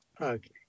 Okay